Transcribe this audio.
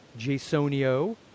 Jasonio